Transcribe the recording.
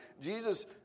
Jesus